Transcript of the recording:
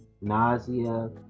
nausea